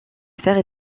affaires